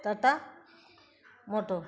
Tata motor